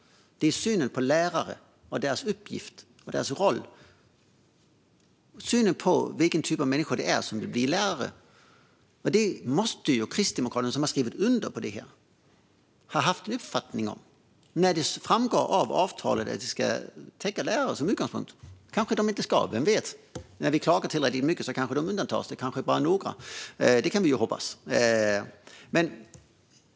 Det är frågan om synen på lärarnas uppgift och roll, vilken typ av människor som blir lärare. Det måste kristdemokrater som har skrivit under avtalet ha haft en uppfattning om. Det framgår av avtalet att utgångspunkten är att detta ska täcka in lärare. Men de kanske inte ska göra detta - vem vet. Om vi klagar tillräckligt mycket kanske de undantas. Det kan vi hoppas.